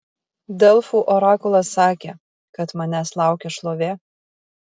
delfų orakulas sakė kad manęs laukia šlovė